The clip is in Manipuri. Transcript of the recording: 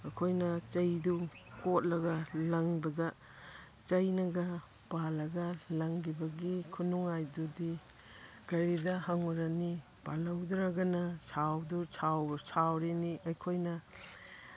ꯑꯩꯈꯣꯏꯅ ꯆꯩꯗꯨ ꯀꯣꯠꯂꯒ ꯂꯪꯕꯗ ꯆꯩꯅꯒ ꯄꯥꯜꯂꯒ ꯂꯪꯒꯤꯕꯒꯤ ꯈꯨꯅꯨꯡꯉꯥꯏꯗꯨꯗꯤ ꯀꯔꯤꯗ ꯍꯪꯉꯨꯔꯅꯤ ꯄꯥꯜꯍꯧꯗ꯭ꯔꯒꯅ ꯁꯥꯎꯔꯤꯅꯤ ꯑꯩꯈꯣꯏꯅ